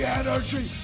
energy